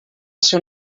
ser